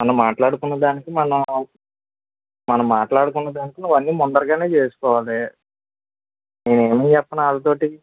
మనం మాట్లాడుకున్న దానికి మనం మనం మాట్లాడుకున్నదానికి నువ్వు అన్నీ ముందరగా చేసుకోవాలి నువ్వు ఏమి చేస్తున్నావు వాళ్ళ తో